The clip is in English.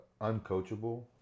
uncoachable